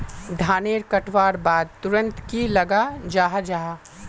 धानेर कटवार बाद तुरंत की लगा जाहा जाहा?